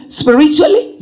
spiritually